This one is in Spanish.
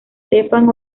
stefan